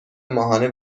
ماهانه